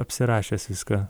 apsirašęs viską